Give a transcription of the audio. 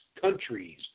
countries